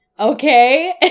Okay